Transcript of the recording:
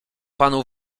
panu